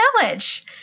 village